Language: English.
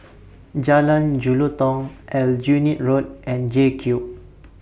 Jalan Jelutong Aljunied Road and JCube